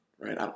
right